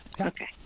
okay